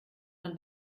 man